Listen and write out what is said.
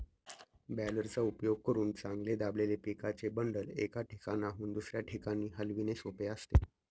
बॅलरचा उपयोग करून चांगले दाबलेले पिकाचे बंडल, एका ठिकाणाहून दुसऱ्या ठिकाणी हलविणे सोपे असते